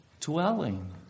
dwelling